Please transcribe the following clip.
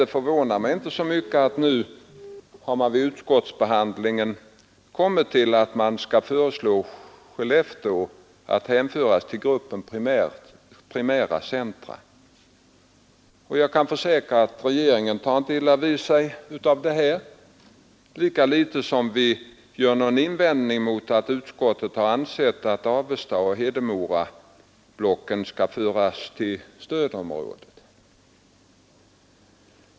Det förvånar mig inte att man vid utskottsbehandlingen har föreslagit att Skellefteå skall hänföras till gruppen primära centra. Jag kan försäkra att regeringen inte tar illa vid sig av detta, lika litet som vi har någon invändning att göra mot att utskottet anser att Avestaoch Hedemorablocken bör föras till stödområdet.